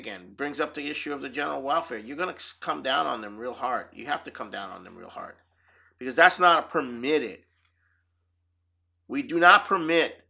again brings up the issue of the general welfare you're going to come down on them real hard you have to come down on them real hard because that's not permitted we do not permit